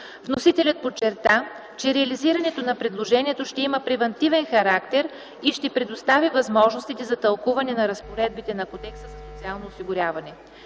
Вносителят подчерта, че реализирането на предложението ще има превантивен характер и ще предотврати възможностите за тълкуване на разпоредбите на Кодекса за социално осигуряване.